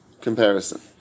comparison